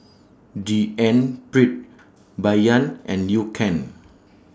D N Pritt Bai Yan and Liu Kang